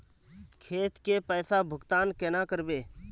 खेत के पैसा भुगतान केना करबे?